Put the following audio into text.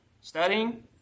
studying